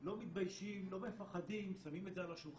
לא מתביישים, לא מפחדים, שמים את זה על השולחן.